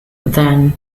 then